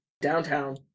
downtown